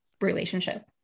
relationship